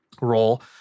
role